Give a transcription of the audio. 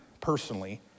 personally